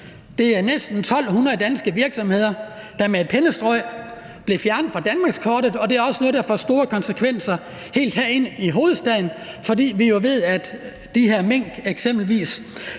Det er næsten 1.200 danske virksomheder, der med et pennestrøg blev fjernet fra danmarkskortet. Og det er også noget, der får store konsekvenser helt herinde i hovedstaden, fordi vi jo ved, at de her mink eksempelvis